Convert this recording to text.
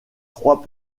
trois